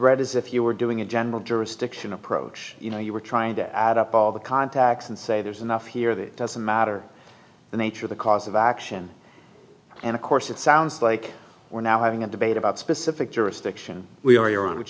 read as if you were doing a general jurisdiction approach you know you were trying to add up all the contacts and say there's enough here that it doesn't matter the nature of the cause of action and of course it sounds like we're now having a debate about specific jurisdiction we are on which